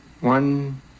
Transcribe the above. one